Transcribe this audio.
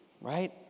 right